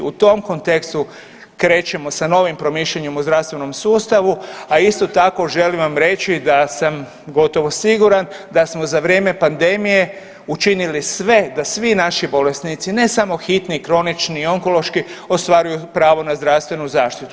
U tom kontekstu krećemo sa novim promišljanjem o zdravstvenom sustavu, a isto tako želim vam reći da sam gotovo siguran da smo za vrijeme pandemije učinili sve, da svi naši bolesnici ne samo hitni, kronični i onkološki ostvaruju pravo na zdravstvenu zaštitu.